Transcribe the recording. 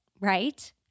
Right